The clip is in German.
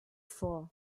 fort